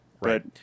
right